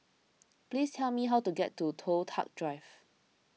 please tell me how to get to Toh Tuck Drive